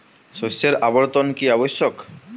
শস্যের আবর্তন কী আবশ্যক?